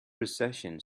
procession